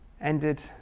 ended